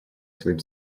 своим